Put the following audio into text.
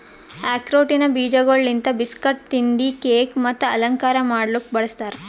ಆಕ್ರೋಟಿನ ಬೀಜಗೊಳ್ ಲಿಂತ್ ಬಿಸ್ಕಟ್, ತಿಂಡಿ, ಕೇಕ್ ಮತ್ತ ಅಲಂಕಾರ ಮಾಡ್ಲುಕ್ ಬಳ್ಸತಾರ್